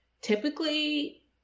Typically